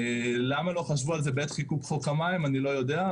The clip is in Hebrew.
למה לא חשבו על זה בעת חיקוק המים איני יודע,